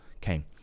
came